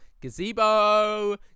Gazebo